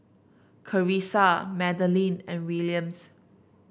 Karissa Madalyn and Williams